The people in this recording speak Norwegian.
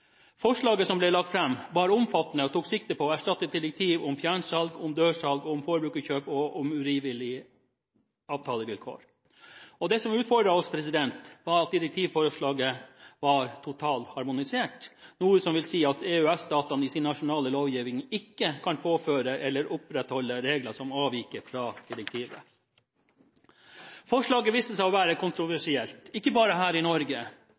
Forslaget som ble lagt fram, var omfattende og tok sikte på å erstatte direktiv om fjernsalg, om dørsalg, om forbrukerkjøp og om urimelige avtalevilkår. Og det som utfordret oss, var at direktivforslaget var totalharmonisert, noe som vil si at EØS-statene i sin nasjonale lovgivning ikke kan innføre eller opprettholde regler som avviker fra direktivet. Forslaget viste seg å være kontroversielt – og ikke bare her i Norge.